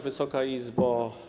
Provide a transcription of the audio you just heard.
Wysoka Izbo!